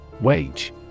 Wage